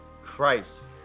Christ